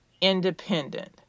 independent